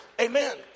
Amen